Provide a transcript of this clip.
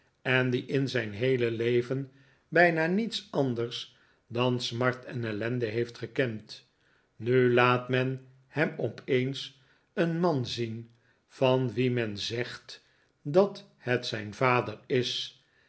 en die in zijn heele leven bijna niets anders dan smart en ellende heeft gekend nu laat men hem opeens een man zien van wien men zegt dat het zijn vader is